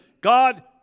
God